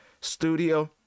studio